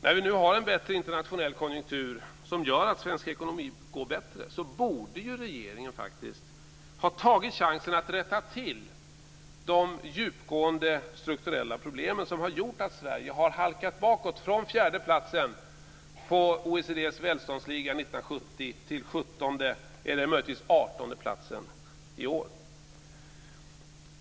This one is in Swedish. När vi nu har en bättre internationell konjunktur som gör att det går bättre för svensk ekonomi borde regeringen faktiskt ha tagit chansen att rätta till de djupgående strukturella problem som har gjort att Sverige har halkat ned från den fjärde platsen i OECD:s välståndsliga, som man hade 1970, till den sjuttonde eller möjligtvis artonde platsen i år.